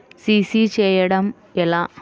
CC చేయడము ఎలా?